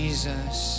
Jesus